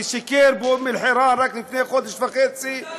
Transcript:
ששיקר באום-אלחיראן רק לפני חודש וחצי,